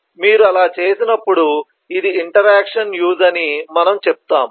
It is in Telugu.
మీరు అలా చేసినప్పుడు ఇది ఇంటరాక్షన్ యూజ్ అని మనము చెప్తాము